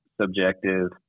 subjective